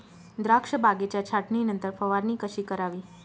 द्राक्ष बागेच्या छाटणीनंतर फवारणी कशी करावी?